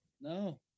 No